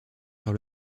sur